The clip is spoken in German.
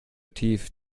tief